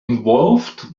involved